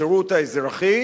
השירות האזרחי